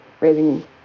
raising